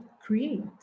create